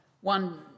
One